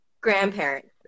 grandparents